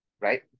right